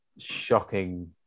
shocking